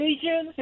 Asian